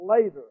later